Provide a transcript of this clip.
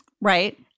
Right